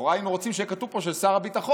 לכאורה היינו רוצים שיהיה כתוב פה "של שר הביטחון",